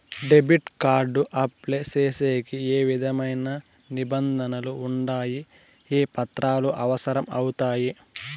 Debit card apply సేసేకి ఏ విధమైన నిబంధనలు ఉండాయి? ఏ పత్రాలు అవసరం అవుతాయి?